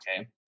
Okay